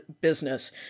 business